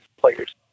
players